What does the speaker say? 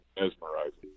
mesmerizing